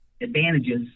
advantages